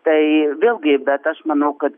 tai vėlgi bet aš manau kad